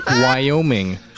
Wyoming